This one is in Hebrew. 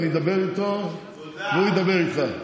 אני אדבר איתו והוא ידבר איתך.